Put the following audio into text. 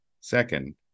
Second